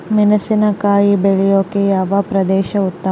ಮೆಣಸಿನಕಾಯಿ ಬೆಳೆಯೊಕೆ ಯಾವ ಪ್ರದೇಶ ಉತ್ತಮ?